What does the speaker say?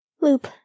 Loop